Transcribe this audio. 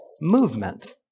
movement